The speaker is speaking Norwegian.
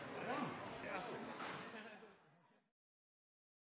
Ja,